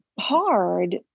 hard